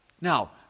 Now